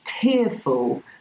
tearful